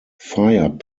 firing